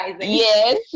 Yes